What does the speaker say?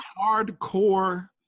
hardcore